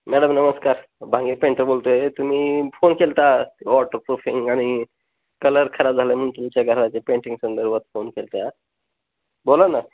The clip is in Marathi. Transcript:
मॅडम नमस्कार भांगे पेंटर बोलतो आहे तुम्ही फोन केला होता वॉटर प्रुफिंग आणि कलर खराब झालं म्हणून तुमच्या घराचे पेंटिंग संदर्भात फोन केला होता बोला ना